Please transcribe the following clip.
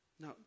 No